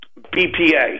BPA